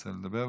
רוצה לדבר?